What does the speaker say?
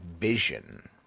vision